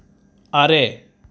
ᱟᱨᱮ